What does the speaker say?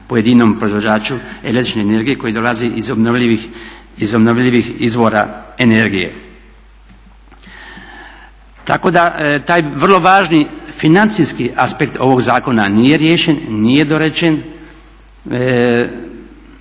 pojedinom proizvođaču el.energije koja dolazi iz obnovljivih izvora energije. Tako da taj vrlo važni financijski aspekt ovog zakona nije riješen, nije dorečen,